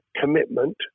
commitment